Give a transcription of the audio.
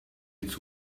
its